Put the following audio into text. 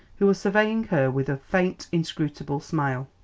who was surveying her with a faint, inscrutable smile.